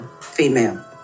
female